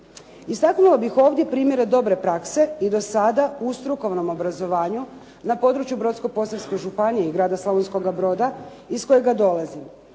Istaknuo bih ovdje primjere dobre prakse i do sada u strukovnom obrazovanju na području Brodsko-posavske županije i grada Slavonskoga Broda iz kojega dolazim.